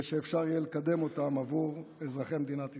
שאפשר יהיה לקדם אותן עבור אזרחי מדינת ישראל.